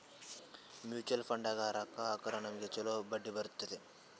mutual ಫಂಡ್ನಾಗ್ ರೊಕ್ಕಾ ಹಾಕುರ್ ನಮ್ಗ್ ಛಲೋ ಬಡ್ಡಿ ಬರ್ತುದ್